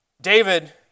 David